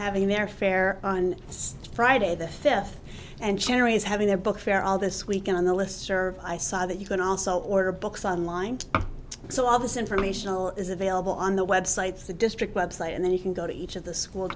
having their fare on friday the fifth and cherries having their book fair all this week on the list serv i saw that you can also order books online so all this informational is available on the websites the district website and then you can go to each of the school